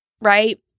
right